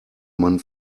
mann